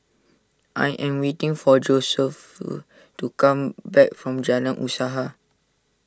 I am waiting for Josephus to come back from Jalan Usaha